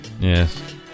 Yes